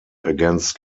against